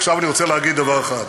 עכשיו אני רוצה להגיד דבר אחד: